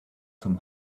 some